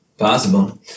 possible